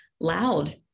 loud